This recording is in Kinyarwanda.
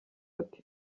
ati